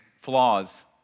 flaws